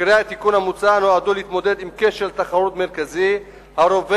עיקרי התיקון המוצע נועדו להתמודד עם כשל תחרות מרכזי הרווח